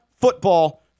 football